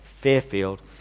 Fairfield